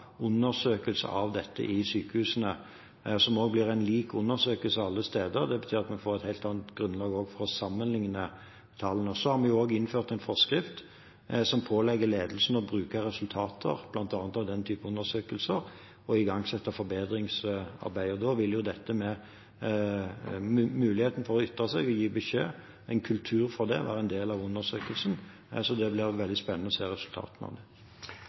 undersøkelse av dette i sykehusene, som også blir en lik undersøkelse alle steder. Det betyr at man får et helt annet grunnlag for å sammenlikne tallene. Vi har også innført en forskrift som pålegger ledelsen å bruke resultatene, bl.a. av den type undersøkelser, og igangsette forbedringsarbeidet. Da vil muligheten til å ytre seg, å gi beskjed – en kultur for det – være en del av undersøkelsen. Så det blir det veldig spennende å se resultatene av.